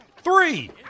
Three